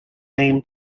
aim